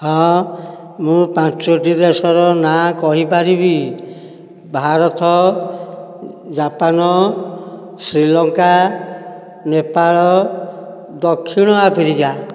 ହଁ ମୁଁ ପାଞ୍ଚଟି ଦେଶର ନାଁ କହିପାରିବି ଭାରତ ଜାପାନ ଶ୍ରୀଲଙ୍କା ନେପାଳ ଦକ୍ଷିଣ ଆଫ୍ରିକା